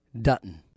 Dutton